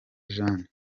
jeanne